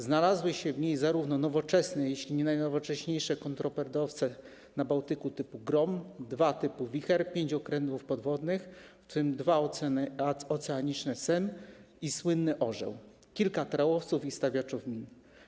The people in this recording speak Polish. Znalazły się w niej zarówno nowoczesne, jeśli nie najnowocześniejsze, kontrtorpedowce na Bałtyku typu „Grom”, dwa typu „Wicher”, pięć okrętów podwodnych, w tym dwa oceaniczne „Sęp” i słynny „Orzeł”, kilka trałowców i stawiaczy min.